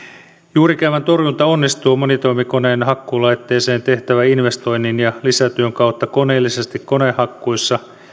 juurikäävän torjunta onnistuu monitoimikoneen hakkuulaitteeseen tehtävän investoinnin ja lisätyön kautta koneellisesti konehakkuissa